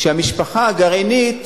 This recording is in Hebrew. שהמשפחה הגרעינית